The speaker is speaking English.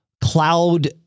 cloud